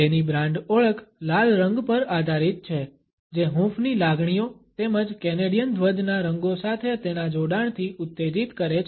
તેની બ્રાન્ડ ઓળખ લાલ રંગ પર આધારિત છે જે હૂંફની લાગણીઓ તેમજ કેનેડિયન ધ્વજના રંગો સાથે તેના જોડાણથી ઉત્તેજિત કરે છે